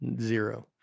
zero